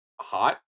hot